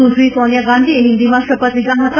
સુશ્રી સોનિયા ગાંધીએ હિન્દીમાં શપથ લીધા હતા